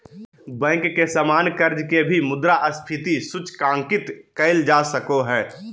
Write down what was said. bank के सामान्य कर्ज के भी मुद्रास्फीति सूचकांकित कइल जा सको हइ